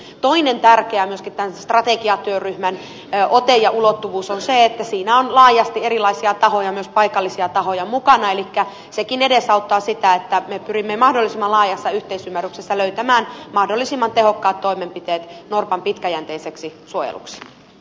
toinen tämän strategiatyöryhmän tärkeä ote ja ulottuvuus on myöskin se että siinä on laajasti erilaisia tahoja myös paikallisia tahoja mukana elikkä sekin edesauttaa sitä että me pyrimme mahdollisimman laajassa yhteisymmärryksessä löytämään mahdollisimman tehokkaat toimenpiteet norpan pitkäjänteiseksi suojeluksi